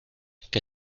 que